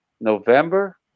November